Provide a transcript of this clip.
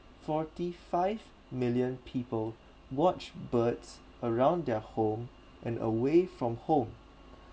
forty five million people watch birds around their home and away from home